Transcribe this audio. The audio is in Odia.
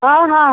ହଁ ହଁ